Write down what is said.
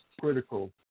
critical